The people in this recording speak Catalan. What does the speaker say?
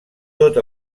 tot